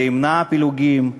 זה ימנע פילוגים.